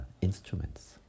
instruments